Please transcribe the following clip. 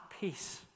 peace